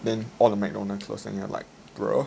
then all the Macdonald closed and you're like bro